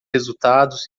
resultados